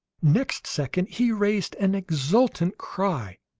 next second he raised an exultant cry.